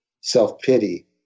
self-pity